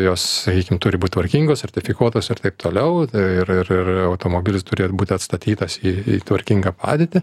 jos sakykim turi būt tvarkingos sertifikuotos ir taip toliau ir ir ir automobilis turi būti atstatytas į į tvarkingą padėtį